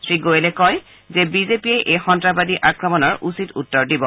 শ্ৰীগোৱেলে কয় যে বিজেপিয়ে এই সন্তাসবাদী আক্ৰমণৰ উচিত উত্তৰ দিব